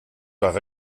par